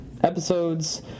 episodes